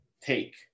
take